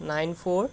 nine four